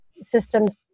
systems